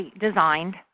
designed